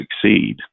succeed